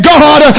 God